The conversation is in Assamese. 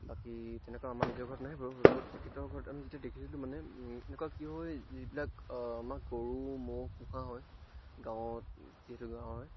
বাকী তেনেকুৱা আমাৰ নিজৰ ঘৰত নাই বাৰু হ'লেও তেখেতৰ ঘৰত আমি যেতিয়া দেখিছিলোঁ মানে এনেকুৱা কিয় হয় যিবিলাক আমাৰ গৰু ম'হ পোহা হয় গাঁৱত যিহেতু গাঁৱৰে